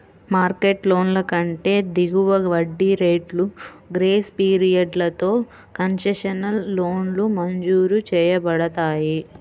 market లోన్ల కంటే దిగువ వడ్డీ రేట్లు, గ్రేస్ పీరియడ్లతో కన్సెషనల్ లోన్లు మంజూరు చేయబడతాయి